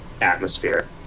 atmosphere